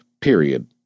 period